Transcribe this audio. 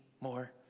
more